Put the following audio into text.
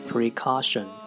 Precaution